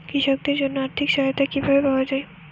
কৃষকদের জন্য আর্থিক সহায়তা কিভাবে পাওয়া য়ায়?